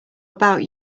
about